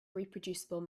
reproducible